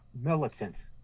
militant